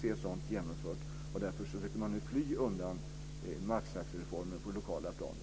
Därför försöker man nu fly undan maxtaxereformen på det lokala planet.